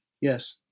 Yes